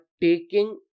taking